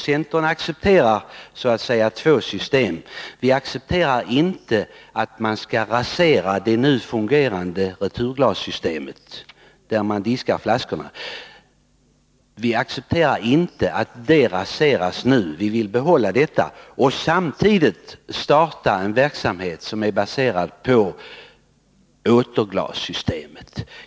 Centern accepterar två system, men vi godtar inte att man raserar det nu fungerande returglassystemet, där flaskorna diskas. Vi vill behålla detta system, samtidigt som vi vill starta en verksamhet som är baserad på återglassystemet.